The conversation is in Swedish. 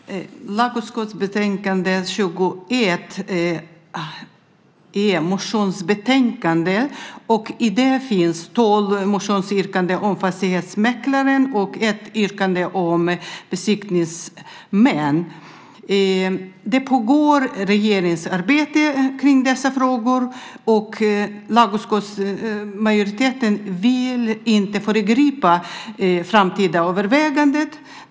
Fru talman! Lagutskottets betänkande 21 är ett motionsbetänkande. I det finns tolv motionsyrkanden om fastighetsmäklare och ett yrkande om besiktningsmän. Det pågår ett regeringsarbete om dessa frågor. Majoriteten i lagutskottet vill inte föregripa framtida överväganden.